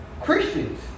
Christians